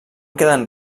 queden